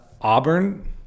Auburn